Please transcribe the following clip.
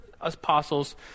apostles